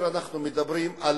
אנחנו מדברים על